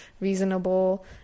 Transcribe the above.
reasonable